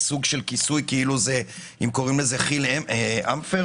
אם קוראים לזה רותם אמפרט